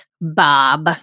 Bob